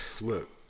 look